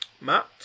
Matt